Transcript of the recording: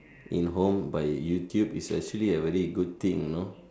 in home by YouTube it's actually a very good thing you know